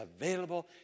available